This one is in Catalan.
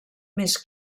més